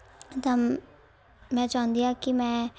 ਤਾਂ ਮੈਂ ਚਾਹੁੰਦੀ ਹਾਂ ਕਿ ਮੈਂ